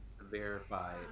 Verify